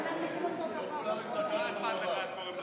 כולם עם זקן אותו דבר.